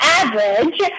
average